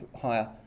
higher